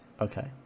Okay